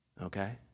Okay